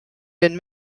been